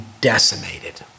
decimated